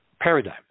paradigm